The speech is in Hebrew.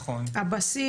הבסיס